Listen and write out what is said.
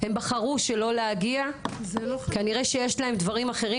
הם בחרו שלא להגיע כנראה שיש להם דברים אחרים